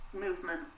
movement